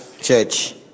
Church